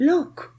Look